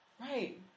Right